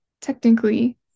technically